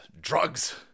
drugs